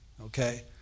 Okay